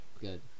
Good